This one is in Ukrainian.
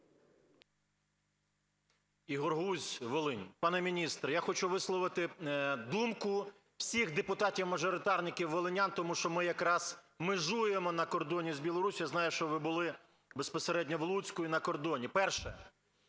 Ігор Гузь, Волинь. Пане міністре, я хочу висловити думку всіх депутатів-мажоритарників волинян, тому що ми якраз межуємо на кордоні з Білоруссю. Я знаю, що ви були безпосередньо в Луцьку і на кордоні. Перше.